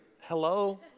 Hello